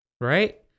Right